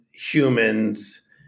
humans